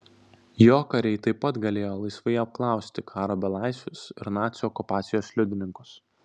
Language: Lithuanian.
jo kariai taip pat galėjo laisvai apklausti karo belaisvius ir nacių okupacijos liudininkus